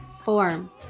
form